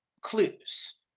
clues